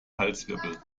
halswirbel